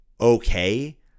okay